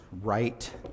right